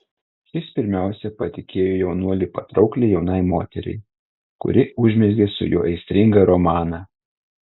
šis pirmiausia patikėjo jaunuolį patraukliai jaunai moteriai kuri užmezgė su juo aistringą romaną